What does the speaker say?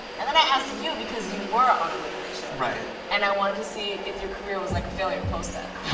and then i asked you because you were on a late-night show and i wanted to see if your career was like a failure post that.